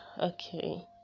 Okay